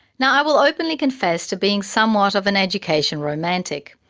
now, i will openly confess to being somewhat of an education romantic.